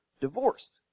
divorce